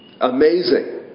Amazing